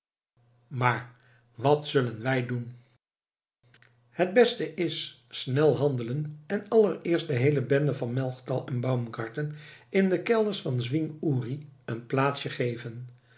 maar wat zullen wij nu doen het beste is snel handelen en allereerst de heele bende van melchtal en van baumgarten in de kelders van zwing uri een plaatsje geven